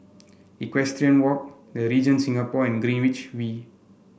Equestrian Walk The Regent Singapore and Greenwich V